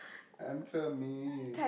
answer me